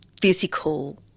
physical